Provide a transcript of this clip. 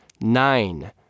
Nine